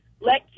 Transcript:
let